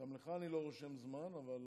גם לך אני לא רושם זמן, אבל